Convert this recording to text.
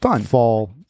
fall